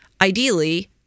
Ideally